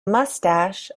moustache